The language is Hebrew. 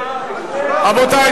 רבותי,